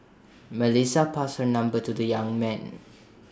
Melissa passed her number to the young man